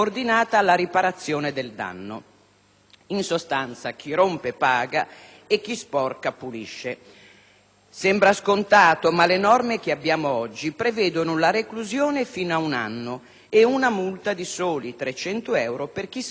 In sostanza, chi rompe paga e chi sporca pulisce. Sembra scontato, ma le norme che abbiamo oggi prevedono la reclusione fino ad un anno e una multa di soli 300 euro per chi spacca una cabina telefonica.